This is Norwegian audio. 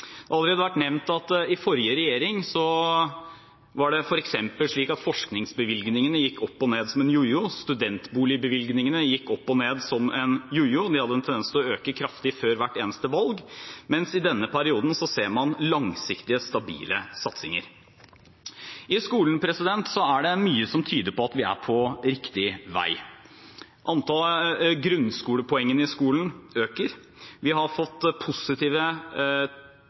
Det har allerede vært nevnt at under forrige regjering var det f.eks. slik at forskningsbevilgningene gikk opp og ned som en jojo, og studentboligbevilgningene gikk opp og ned som en jojo – de hadde en tendens til å øke kraftig før hvert eneste valg – mens i denne perioden ser man langsiktige, stabile satsinger. I skolen er det mye som tyder på at vi er på riktig vei. Antallet grunnskolepoeng i skolen øker. Vi har tegn til positive